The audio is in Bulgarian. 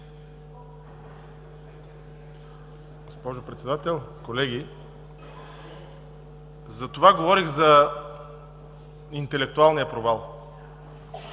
Госпожо Председател, колеги. Затова говорих за интелектуалния провал